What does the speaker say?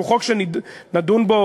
הוא חוק שנדון בו